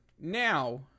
Now